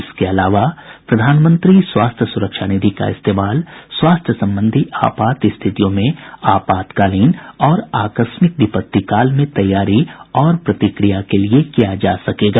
इसके अलावा प्रधानमंत्री स्वास्थ्य सुरक्षा निधि का इस्तेमाल स्वास्थ्य सम्बंधी आपात स्थितियों में आपातकालीन और आकास्मिक विपत्तिकाल में तैयारी और प्रतिक्रिया के लिए किया जा सकेगा